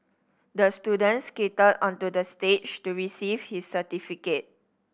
the student skated onto the stage to receive his certificate